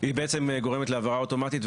היא בעצם גורמת להעברה אוטומטית.